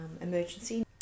emergency